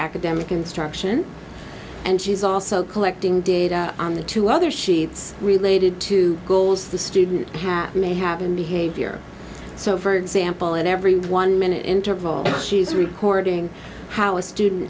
academic instruction and she's also collecting data on the two other sheets related to goals the student hat may have in behavior so for example in every one minute intervals she's recording how a student